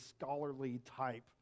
scholarly-type